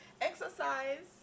Exercise